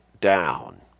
down